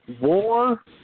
war